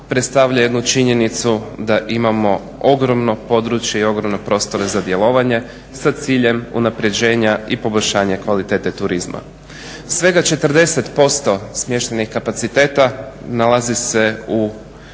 predstavlja jednu činjenicu da imamo ogromno područje i ogromne prostore za djelovanje sa ciljem unapređenje i poboljšanje kvalitete turizma. Svega 40% smještajnih kapaciteta nalazi se u,